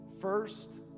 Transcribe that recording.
first